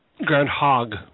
Groundhog